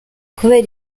kubera